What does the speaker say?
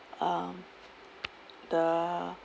uh the